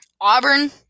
Auburn